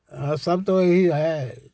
सब तो यही है